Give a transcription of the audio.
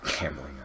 Gambling